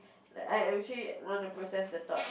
like I actually want to process the thought